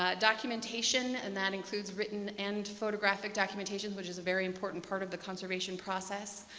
ah documentation, and that includes written and photographic documentation which is a very important part of the conservation process.